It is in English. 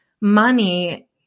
money